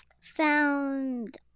found